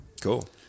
Cool